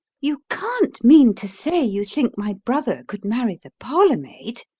you can't mean to say you think my brother could marry the parlour-maid!